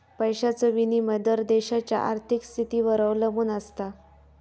पैशाचो विनिमय दर देशाच्या आर्थिक स्थितीवर अवलंबून आसता